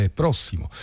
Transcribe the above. prossimo